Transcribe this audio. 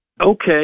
Okay